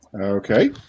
Okay